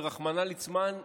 ורחמנא ליצלן,